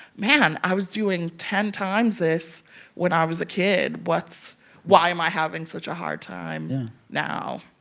man, i was doing ten times this when i was a kid. what's why am i having such a hard time now?